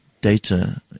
data